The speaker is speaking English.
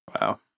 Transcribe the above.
Wow